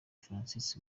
francis